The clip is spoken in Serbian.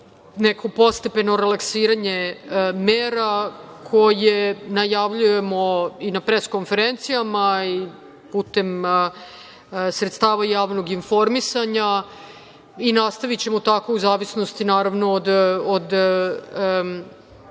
neko postepeno relaksiranje mera koje najavljujemo i na pres konferencijama i putem sredstava javnog informisanja. Nastavićemo tako u zavisnosti od